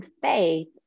faith